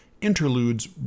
interludes